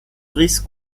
brice